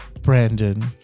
Brandon